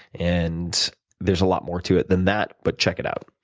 and there's a lot more to it than that, but check it out.